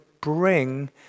bring